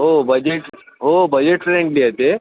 हो बजेट हो budget friendly आहे ते